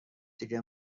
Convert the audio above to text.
دیگه